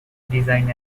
design